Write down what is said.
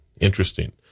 interesting